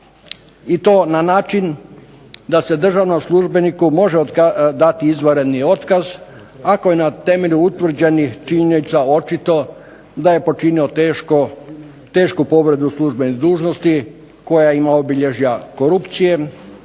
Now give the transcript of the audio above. i to na način da se državnom službeniku dati izvanredan otkaz ako na temelju utvrđenih činjenica očito da je počinio tešku povredu službene dužnosti koja ima obilježje korupcije,